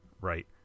right